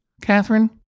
Catherine